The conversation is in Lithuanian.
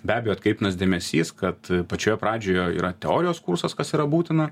be abejo atkreiptinas dėmesys kad pačioje pradžioje yra teorijos kursas kas yra būtina